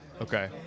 Okay